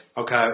Okay